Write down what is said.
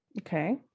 okay